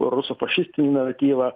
rusofašistinį naratyvą